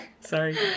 Sorry